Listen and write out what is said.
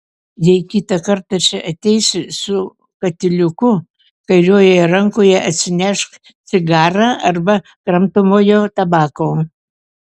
jei kitą kartą čia ateisi su katiliuku kairiojoje rankoje atsinešk cigarą arba kramtomojo tabako